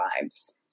lives